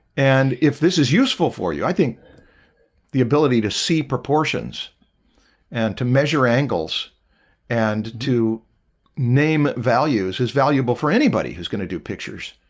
and if this is useful for you, i think the ability to see proportions and to measure angles and to name values is valuable for anybody who's going to do pictures